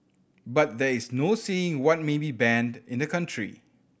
but there is no saying what may be banned in a country